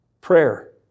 prayer